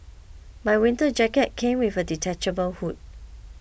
my winter jacket came with a detachable hood